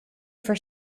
for